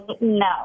No